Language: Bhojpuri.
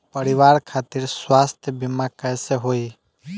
परिवार खातिर स्वास्थ्य बीमा कैसे होई?